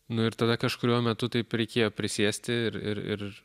nu ir tada kažkuriuo metu taip reikėjo prisėsti ir ir